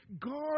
God